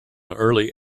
early